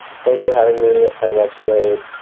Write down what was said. thanks for having me. i love slade.